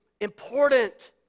important